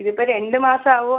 ഇതിപ്പം രണ്ട് മാസം ആകുവോ